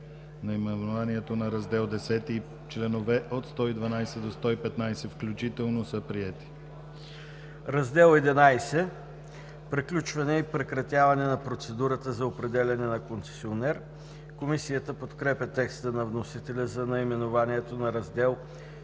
Наименованието на Раздел X и членове от 112 до 115 включително са приети. ДОКЛАДЧИК ДАНАИЛ КИРИЛОВ: „Раздел XI – Приключване и прекратяване на процедурата за определяне на концесионер“. Комисията подкрепя текста на вносителя за наименованието на Раздел XI.